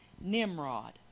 Nimrod